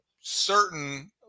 certain